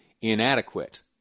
inadequate